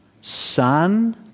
Son